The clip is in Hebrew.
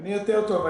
אני יותר טוב.